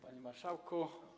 Panie Marszałku!